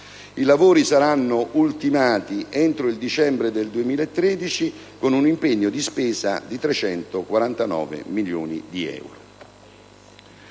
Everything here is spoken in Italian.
I lavori saranno ultimati entro dicembre 2013, con un impegno di spesa di 349 milioni di euro.